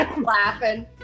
Laughing